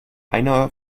einer